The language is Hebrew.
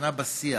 הקצנה בשיח.